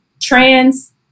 trans